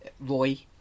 roy